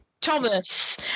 Thomas